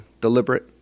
deliberate